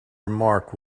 remark